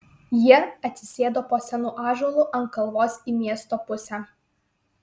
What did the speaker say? jie atsisėdo po senu ąžuolu ant kalvos į miesto pusę